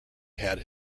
had